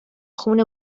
خون